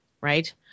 right